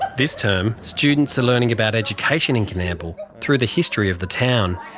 this term, students are learning about education in coonamble through the history of the town,